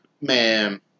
man